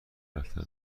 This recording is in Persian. رفتن